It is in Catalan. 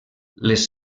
les